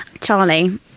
Charlie